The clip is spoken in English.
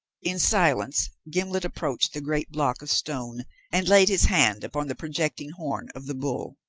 in silence, gimblet approached the great block of stone and laid his hand upon the projecting horn of the bull.